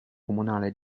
comunale